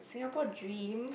Singapore dream